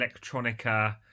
electronica